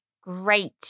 great